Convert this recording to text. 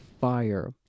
fire